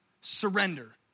Surrender